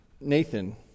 Nathan